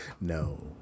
No